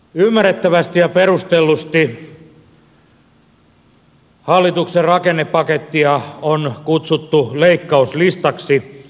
ymmärrettävästi ja perustellusti hallituksen rakennepakettia on kutsuttu leikkauslistaksi